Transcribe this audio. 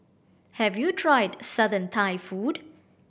have you tried Southern Thai food